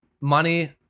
Money